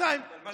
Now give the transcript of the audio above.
פעמיים,